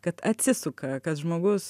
kad atsisuka kad žmogus